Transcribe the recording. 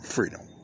Freedom